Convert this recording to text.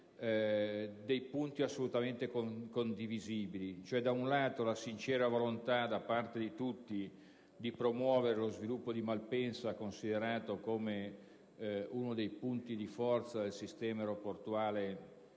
dei punti assolutamente condivisibili: da un lato, la sincera volontà da parte di tutti di promuovere lo sviluppo di Malpensa, considerato come uno dei punti di forza del sistema aeroportuale